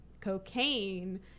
cocaine